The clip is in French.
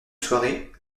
soirée